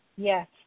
Yes